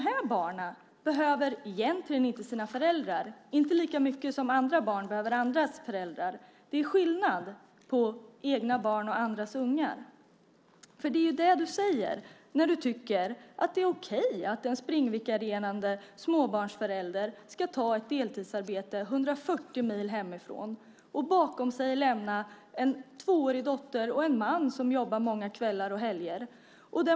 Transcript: De här barnen behöver egentligen inte sina föräldrar, inte lika mycket som andra barn behöver sina föräldrar. Det är skillnad på egna barn och andras ungar. Det är nämligen det du säger när du tycker att det är okej att en springvikarierande småbarnsförälder ska ta ett deltidsarbete 140 mil hemifrån och bakom sig lämna en tvåårig dotter och en man som jobbar många kvällar och helger.